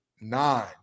nine